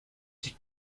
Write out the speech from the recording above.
die